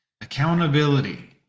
Accountability